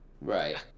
right